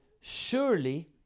Surely